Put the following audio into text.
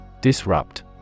Disrupt